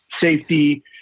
safety